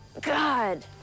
god